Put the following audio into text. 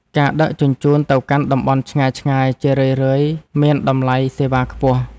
ការដឹកជញ្ជូនទៅកាន់តំបន់ឆ្ងាយៗ ជារឿយៗមានតម្លៃសេវាខ្ពស់។